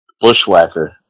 bushwhacker